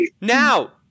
Now